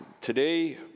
Today